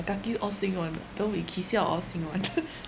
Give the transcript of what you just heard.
kaki all sing [one] orh don't we ki siao orh all sing [one]